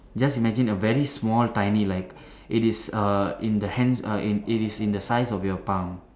just imagine a very small tiny like it is uh in the hands uh it is in the size of your palm